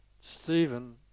Stephen